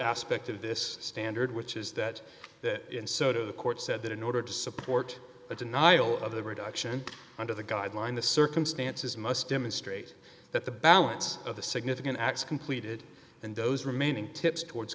aspect of this standard which is that and so to the court said that in order to support a denial of the reduction under the guideline the circumstances must demonstrate that the balance of the significant acts completed and those remaining tips towards